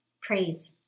praise